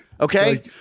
Okay